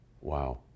Wow